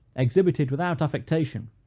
exhibited without affectation,